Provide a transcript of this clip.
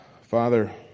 Father